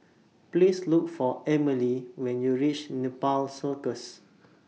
Please Look For Amalie when YOU REACH Nepal Circus